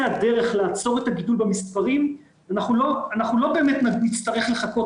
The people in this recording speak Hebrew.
הדרך לעצור את הגידול במספרים אנחנו לא באמת נצטרך לחכות